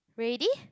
ready